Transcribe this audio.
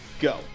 Go